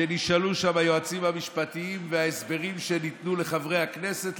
שנשאלו שם היועצים המשפטיים וההסברים שניתנו לחברי הכנסת,